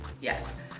yes